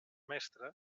mestre